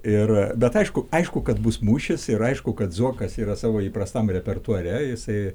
ir bet aišku aišku kad bus mūšis ir aišku kad zuokas yra savo įprastam repertuare jisai